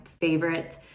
favorite